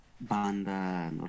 banda